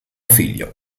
figlio